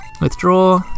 Withdraw